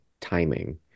timing